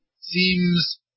seems